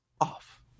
off